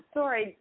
Sorry